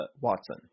Watson